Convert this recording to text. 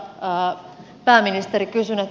arvoisa pääministeri kysyn